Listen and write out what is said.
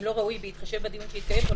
האם לא ראוי בהתחשב בדיון שהתקיים פה,